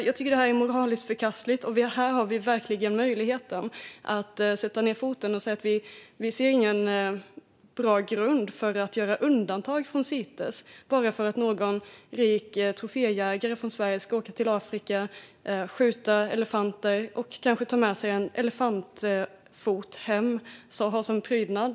Jag tycker att detta är moraliskt förkastligt, och här har vi verkligen möjligheten att sätta ned foten och säga att vi inte ser någon bra grund för att göra undantag från Cites bara för att någon rik troféjägare från Sverige ska åka till Afrika, skjuta elefanter och kanske ta med sig en elefantfot hem och ha som prydnad.